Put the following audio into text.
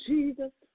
Jesus